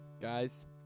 Guys